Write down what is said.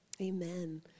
Amen